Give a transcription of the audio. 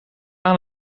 aan